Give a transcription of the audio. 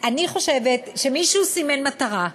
אני חושבת שמישהו סימן מטרה.